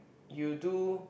you do